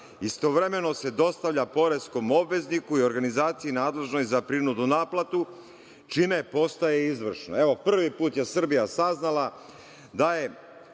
istovremeno se dostavlja poreskom obvezniku i organizaciji nadležnoj za prinudnu naplatu, čime postaje izvršno. Evo, prvi put je Srbija saznala da je